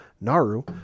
Naru